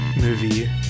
movie